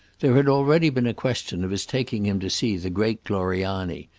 there had already been a question of his taking him to see the great gloriani,